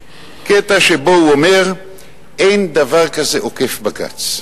קטע שבו הוא אומר: אין דבר כזה עוקף בג"ץ.